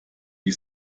die